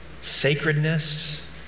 sacredness